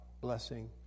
blessing